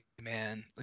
man